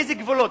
איזה גבולות?